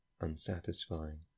unsatisfying